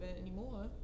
anymore